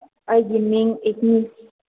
ꯑꯩꯒꯤ ꯃꯤꯡ ꯏꯛꯅꯤ